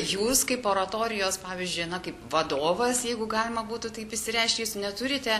jūs kaip oratorijos pavyzdžiui na kaip vadovas jeigu galima būtų taip išsireikšti jūs neturite